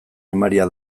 emaria